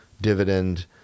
dividend